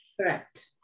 Correct